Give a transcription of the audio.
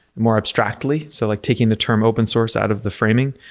more abstractly, so like taking the term open source out of the framing.